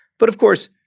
but, of course,